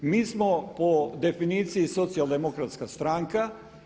Mi smo po definiciji socijaldemokratska stranka.